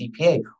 CPA